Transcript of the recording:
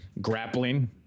grappling